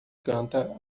canta